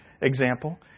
example